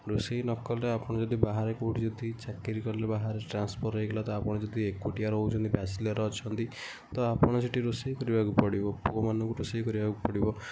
ରୋଷେଇ ନକଲେ ଆପଣ ଯଦି ବାହାରେ କେଉଁଠି ଯଦି ଚାକିରି କଲେ ବାହାରେ ଟ୍ରାନ୍ସଫର୍ ହେଇଗଲା ତ ଆପଣ ଯଦି ଏକୁଟିଆ ରହୁଛନ୍ତି ବ୍ୟାଚଲର୍ ଅଛନ୍ତି ତ ଆପଣ ସେଠି ରୋଷେଇ କରିବାକୁ ପଡ଼ିବ ପୁଅମାନଙ୍କୁ ରୋଷେଇ କରିବାକୁ ପଡ଼ିବ